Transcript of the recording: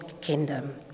kingdom